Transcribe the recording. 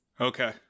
Okay